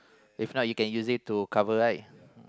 if not you can use it to cover right